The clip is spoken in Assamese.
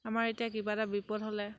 আমাৰ এতিয়া কিবা এটা বিপদ হ'লে